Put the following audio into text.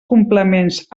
complements